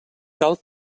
cal